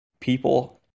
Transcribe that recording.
people